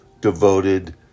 devoted